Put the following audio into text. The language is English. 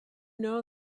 know